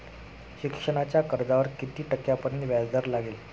शिक्षणाच्या कर्जावर किती टक्क्यांपर्यंत व्याजदर लागेल?